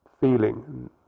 feeling